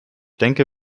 denke